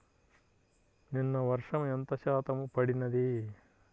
నిన్న వర్షము ఎంత శాతము పడినది?